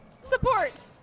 support